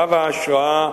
רב-ההשראה,